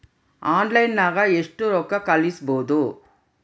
ಆನ್ಲೈನ್ನಾಗ ಎಷ್ಟು ರೊಕ್ಕ ಕಳಿಸ್ಬೋದು